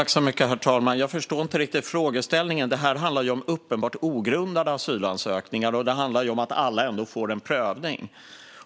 Herr talman! Jag förstår inte riktigt frågeställningen. Det här handlar ju om uppenbart ogrundade asylansökningar och om att alla ändå får en prövning.